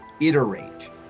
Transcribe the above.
iterate